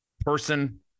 person